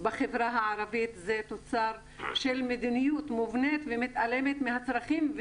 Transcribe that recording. בחברה הערבית זה תוצר של מדיניות מובנית ומתעלמת מהצרכים,